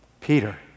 Peter